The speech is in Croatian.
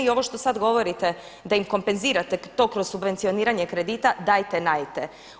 I ovo što sad govorite da im kompenzirate to kroz subvencioniranje kredita dajte najte!